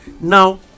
Now